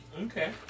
Okay